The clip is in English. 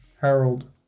Harold